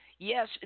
Yes